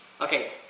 okay